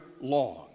long